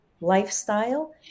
lifestyle